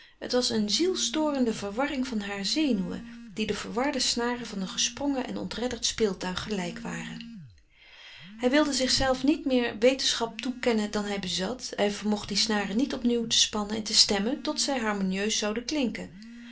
het was een zielstorende verwarring harer zenuwen die de verwarde snaren van een gesprongen en ontredderd speeltuig gelijk waren hij wilde zichzelven niet meer wetenschap toekennen dan hij bezat hij vermocht die snaren niet opnieuw te spannen en te stemmen tot zij harmonieus zouden klinken